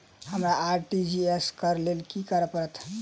हमरा आर.टी.जी.एस करऽ केँ लेल की करऽ पड़तै?